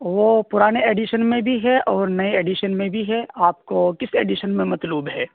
وہ پرانے ایڈیشن میں بھی ہے اور نئے ایڈیشن میں بھی ہے آپ کو کس ایڈیشن میں مطلوب ہے